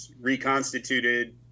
reconstituted